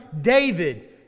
David